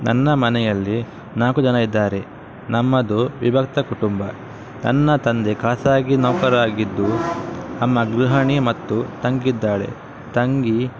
ನನ್ನ ಮನೆಯಲ್ಲಿ ನಾಲ್ಕು ಜನ ಇದ್ದಾರೆ ನಮ್ಮದು ವಿಭಕ್ತ ಕುಟುಂಬ ನನ್ನ ತಂದೆ ಖಾಸಗಿ ನೌಕರರಾಗಿದ್ದು ಅಮ್ಮ ಗೃಹಿಣಿ ಮತ್ತು ತಂಗಿ ಇದ್ದಾಳೆ ತಂಗಿ